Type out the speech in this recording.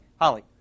Holly